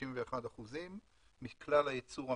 ל-61% מכלל הייצור המשקי.